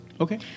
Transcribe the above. Okay